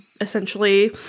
essentially